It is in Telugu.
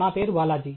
నా పేరు బాలాజీ